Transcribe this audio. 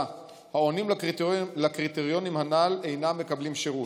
העונים לקריטריונים הנ"ל אינם מקבלים שירות?